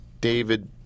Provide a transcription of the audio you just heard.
David